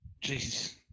Jesus